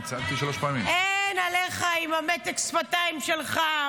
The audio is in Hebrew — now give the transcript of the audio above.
אין עליך עם מתק השפתיים שלך,